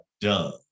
done